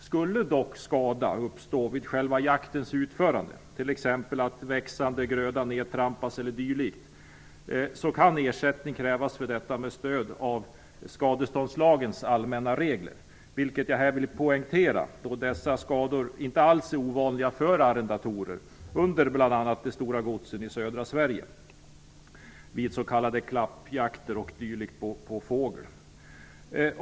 Skulle dock skada uppstå vid jaktens utförande, genom att växande gröda nedtrampas e.d., kan ersättning krävas för detta med stöd av skadeståndslagens allmänna regler. Jag vill poängtera detta, då sådana skador för arrendatorer under bl.a. de stora godsen i södra Sverige inte alls är ovanliga vid s.k. klappjakter o.d. på fågel.